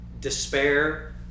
despair